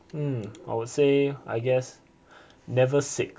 hmm I would say I guess never sick